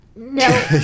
No